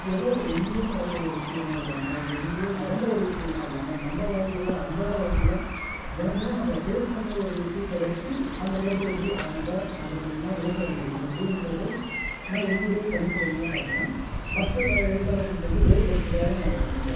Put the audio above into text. ஏதோ எங்கேயோ நடக்கிற ஒரு விஷயமாக இல்லாமல் எங்கேயோ நடந்த ஒரு விஷயமாக இல்லாமல் நம்ம வாழ்க்கையில் அன்றாட வாழ்க்கையில் தினம் தினம் நம்ம ஃபேஸ் பண்ணுற ஒரு விஷயத்தை வச்சு அந்த கருத்தை எப்படி அது நம்ம அதன் மூலிமா விளக்க முடியும் அப்படிங்றது நான் என்னுடைய தனித் திறமையாக பார்க்குறேன் மற்ற எழுத்தாளர்கிட்டே இருந்து வேறுபடுத்துகிறதாகவும் நான் அதை நினைக்கிறேன்